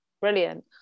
brilliant